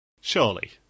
Surely